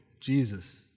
Jesus